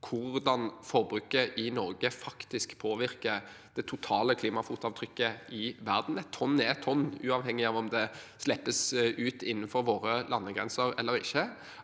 hvordan forbruket i Norge faktisk påvirker det totale klimafotavtrykket i verden. Tonn er tonn, uavhengig av om det slippes ut innenfor våre landegrenser eller ikke.